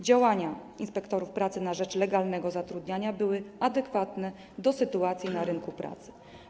Działania inspektorów pracy na rzecz legalnego zatrudniania były adekwatne do sytuacji na rynku pracy.